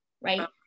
right